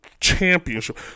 championship